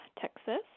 Texas